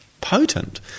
potent